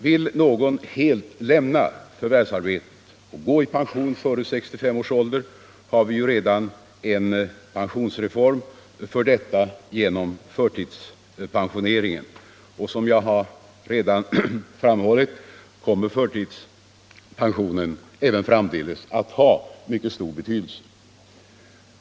Vill någon helt lämna förvärvsarbetet och gå i pension före 65 års ålder, har vi ju redan en pensionsform för detta genom förtidspensioneringen — och som jag redan framhållit kommer förtidspensionen även framdeles att ha mycket stor betydelse.